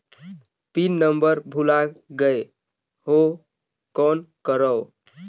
Pin number भुला गयें हो कौन करव?